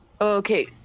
Okay